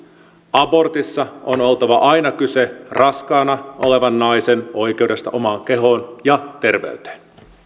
abortissa on oltava aina kyse raskaana olevan naisen oikeudesta omaan kehoon ja terveyteen